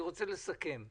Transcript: אני רוצה לסכם.